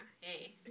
hey